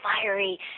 fiery